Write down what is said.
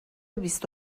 بیست